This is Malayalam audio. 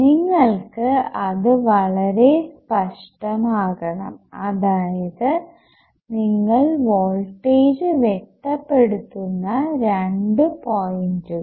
നിങ്ങൾക്ക് അത് വളരെ സ്പഷ്ടം ആകണം അതായത് നിങ്ങൾ വോൾട്ടേജ് വ്യക്തപ്പെടുത്തുന്ന രണ്ടു പോയിന്റുകൾ